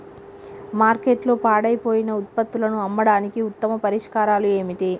మార్కెట్లో పాడైపోయిన ఉత్పత్తులను అమ్మడానికి ఉత్తమ పరిష్కారాలు ఏమిటి?